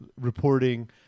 reporting